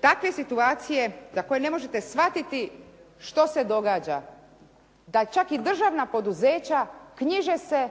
takve situacije za koje ne možete shvatiti što se događa, da čak i državna poduzeća knjiže se